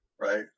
right